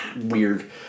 weird